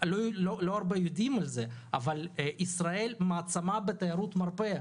לא הרבה יודעים על זה אבל ישראל היא מעצמה בתיירות מרפא.